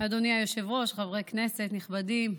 אדוני היושב-ראש, חברי כנסת נכבדים,